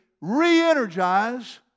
re-energize